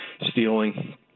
stealing